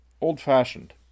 old-fashioned